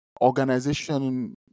organization